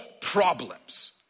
problems